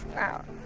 wow,